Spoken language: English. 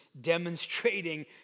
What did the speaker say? demonstrating